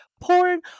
porn